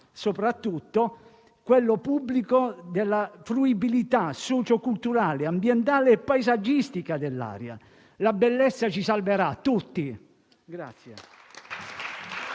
soprattutto quello pubblico, della fruibilità socio-culturale, ambientale e paesaggistica dell'area. La bellezza ci salverà tutti.